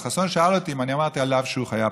אז חסון שאל אותי אם אני אמרתי עליו שהוא חיה.